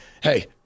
hey